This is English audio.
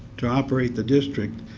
to operate the district.